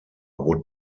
would